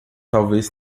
talvez